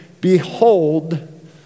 Behold